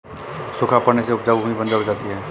सूखा पड़ने से उपजाऊ भूमि बंजर हो जाती है